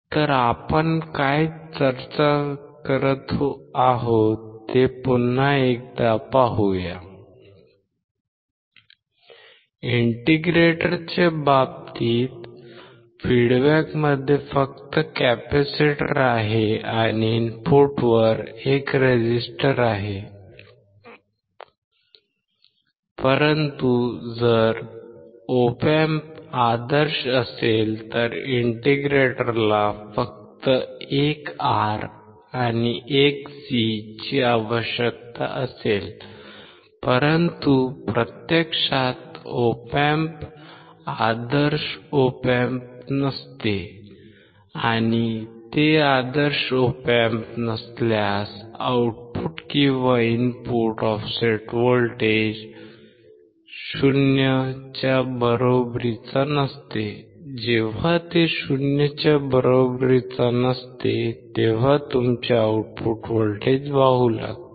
तर आपण काय चर्चा करत आहोत ते पुन्हा एकदा पाहूया इंटिग्रेटरच्या बाबतीत फीडबॅकमध्ये फक्त कॅपेसिटर आहे आणि इनपुटवर एक रेझिस्टर आहे परंतु जर Op Amp आदर्श असेल तर इंटिग्रेटरला फक्त 1 R आणि 1 C ची आवश्यकता असेल परंतु प्रत्यक्षात Op Amp आदर्श Op Amp नसते आणि ते आदर्श Op Amp नसल्यास आउटपुट किंवा इनपुट ऑफसेट व्होल्टेज 0 च्या बरोबरीचे नसते जेव्हा ते 0 च्या बरोबरीचे नसते तेव्हा तुमचे आउटपुट व्होल्टेज वाहू लागते